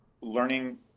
learning